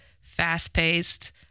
fast-paced